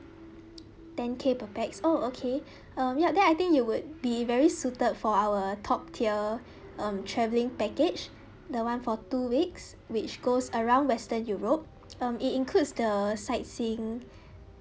ten K per pax oh okay um ya then I think it would be very suited for our top tier um traveling package the one for two weeks which goes around western europe um it includes the sightseeing